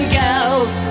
girls